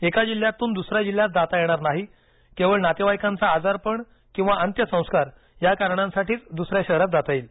एका जिल्ह्यातून दुसऱ्या जिल्ह्यात जाता येणार नाही केवळ नातेवाईकांचं आजारपण किंवा अंत्यसंस्कार या कारणांसाठीच दुसऱ्या शहरात जाता येईल